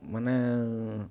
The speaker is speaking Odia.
ମାନେ